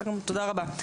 תודה רבה.